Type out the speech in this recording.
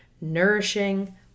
nourishing